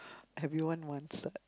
everyone wants that